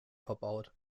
verbaut